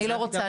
אני לא רוצה,